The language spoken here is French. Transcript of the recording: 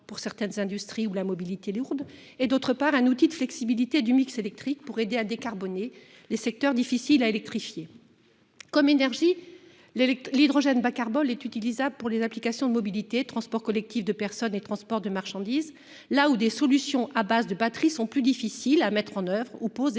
pour certaines industries ou pour la mobilité lourde et, d'autre part, un outil de flexibilité du mix électrique qui aide à décarboner des secteurs difficiles à électrifier. Comme énergie, l'hydrogène bas-carbone est applicable au secteur de la mobilité- transport collectif de personnes et transport de marchandises -, là où les solutions à base de batterie sont plus difficiles à mettre en oeuvre ou soulèvent des